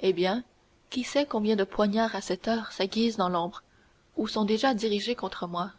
eh bien qui sait combien de poignards à cette heure s'aiguisent dans l'ombre ou sont déjà dirigés contre moi